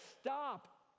stop